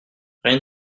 rien